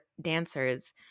dancers